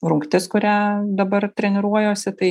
rungtis kurią dabar treniruojuosi tai